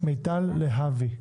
להבי,